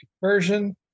version